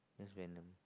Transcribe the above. there's Venom